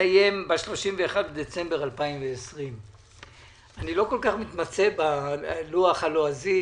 מסתיים ב-31 בדצמבר 2020. אני לא כל כך מתמצא בלוח הלועזי